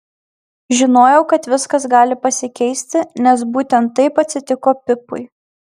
žinojau kad viskas gali pasikeisti nes būtent taip atsitiko pipui